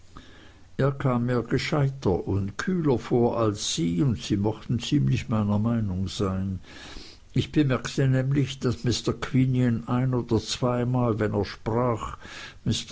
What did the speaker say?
er kam mir gescheiter und kühler vor als sie und sie mochten ziemlich meiner meinung sein ich bemerkte nämlich daß mr quinion ein oder zweimal wenn er sprach